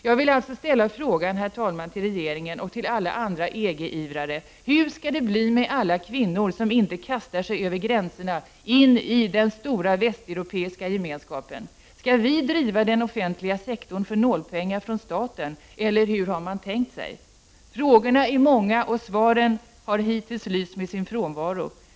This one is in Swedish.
Jag vill alltså, herr talman, ställa frågan till regeringen och alla andra EG-ivrare: Hur skall det bli med alla kvinnor som inte kastar sig över gränserna in i den stora västeuropeiska gemenskapen? Skall vi driva den offentliga sektorn för nålpengar från staten, eller hur har man tänkt sig? Frågorna är många, och svaren har hittills lyst med sin frånvaro.